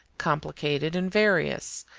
complicated and various,